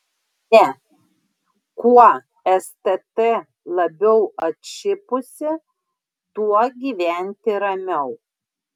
ne kuo stt labiau atšipusi tuo gyventi ramiau